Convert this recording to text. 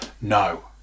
No